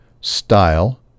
style